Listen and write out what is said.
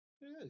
Yes